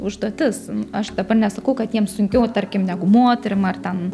užduotis aš dabar nesakau kad jiems sunkiau tarkim negu moterim ar ten